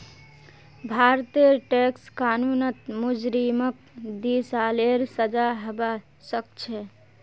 भारतेर टैक्स कानूनत मुजरिमक दी सालेर सजा हबा सखछे